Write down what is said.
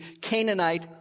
Canaanite